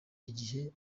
igihe